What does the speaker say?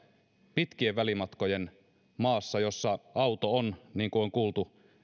pitkien välimatkojen maassa jossa auto on niin kuin on kuultu